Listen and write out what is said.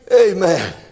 Amen